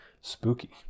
Spooky